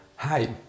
Hi